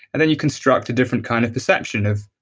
and then you construct a different kind of perception of